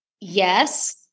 yes